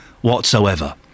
whatsoever